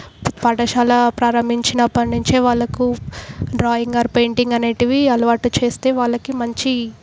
పాఠశాల ప్రారంభించినప్పటి నుంచే వాళ్ళకు డ్రాయింగ్ ఆర్ పెయింటింగ్ అనేవి అలవాటు చేస్తే వాళ్ళకి మంచి